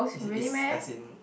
is as in